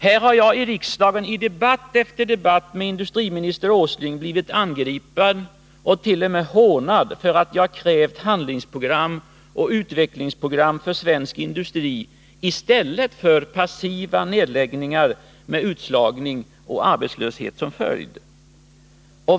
Här har jag i riksdagen i debatt efter debatt med industriminster Åsling blivit angripen och t.o.m. hånad för att jag har krävt handlingsoch utvecklingsprogram för svensk industri i stället för passiva nedläggningar med utslagning och arbetslöshet som följd.